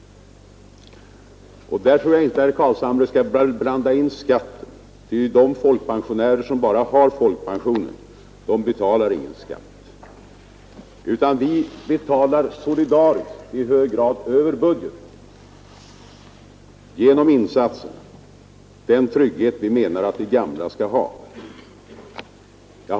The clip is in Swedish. Där tror jag inte herr Carlshamre skall blanda in skatten, ty de folkpensionärer som bara har folkpension betalar ingen skatt. Vi betalar solidariskt i hög grad över budgeten för den trygghet vi menar att de gamla skall ha.